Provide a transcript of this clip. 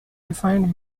defined